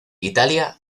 italia